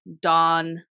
dawn